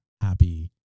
happy